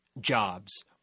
jobs